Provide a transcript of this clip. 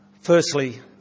Firstly